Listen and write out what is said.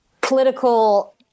political